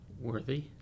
Worthy